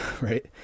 right